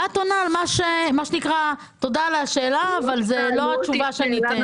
ואת עונה על - תודה על השאלה אבל זו לא התשובה שאתן.